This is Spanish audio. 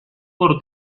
por